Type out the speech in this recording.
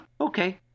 okay